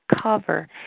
cover